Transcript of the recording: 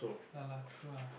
ya lah true ah